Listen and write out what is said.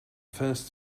first